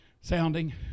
sounding